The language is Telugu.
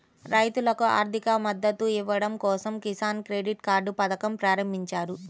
రైతులకు ఆర్థిక మద్దతు ఇవ్వడం కోసం కిసాన్ క్రెడిట్ కార్డ్ పథకం ప్రారంభించారు